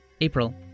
April